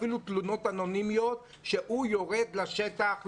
אפילו תלונות אנונימיות ירד לשטח,